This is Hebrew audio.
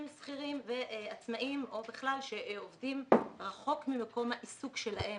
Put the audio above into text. שכירים ועצמאיים או בכלל שעובדים רחוק ממקום העיסוק שלהם